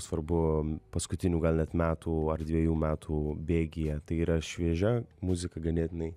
svarbu paskutinių gal net metų ar dvejų metų bėgyje tai yra šviežia muzika ganėtinai